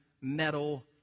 metal